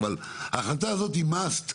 אבל ההחלטה הזאת היא חובה,